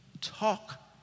Talk